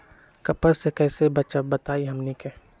कपस से कईसे बचब बताई हमनी के?